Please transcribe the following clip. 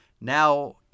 Now